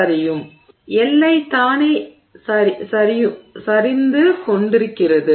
எனவேஎல்லை தானே நெகிழ்ந்து கொண்டிருக்கிறது